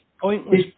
Pointless